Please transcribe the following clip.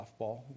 softball